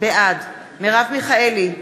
בעד מרב מיכאלי,